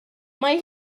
mae